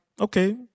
okay